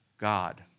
God